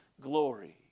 glory